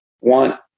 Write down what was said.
want